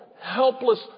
helpless